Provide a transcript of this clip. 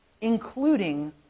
including